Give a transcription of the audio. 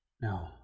no